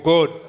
God